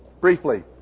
briefly